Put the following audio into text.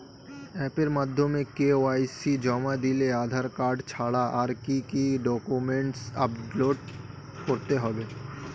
অ্যাপের মাধ্যমে কে.ওয়াই.সি জমা দিলে আধার কার্ড ছাড়া আর কি কি ডকুমেন্টস আপলোড করতে হবে?